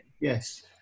Yes